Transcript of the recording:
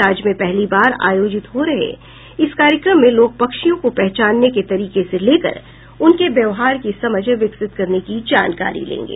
राज्य में पहली बार आयोजित हो रहे इस कार्यक्रम में लोग पक्षियों को पहचानने के तरीके से लेकर उनके व्यावहार की समझ विकसित करने की जानकारी लेंगे